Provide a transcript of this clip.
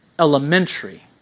elementary